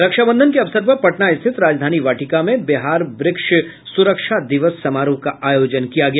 रक्षाबंधन के अवसर पर पटना स्थित राजधानी वाटिका में बिहार वृक्ष सुरक्षा दिवस समारोह का आयोजन किया गया